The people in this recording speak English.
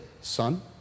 Son